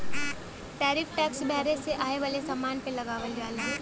tariff tax बहरे से आये वाले समान पे लगावल जाला